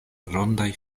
rondaj